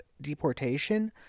deportation